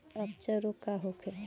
अपच रोग का होखे?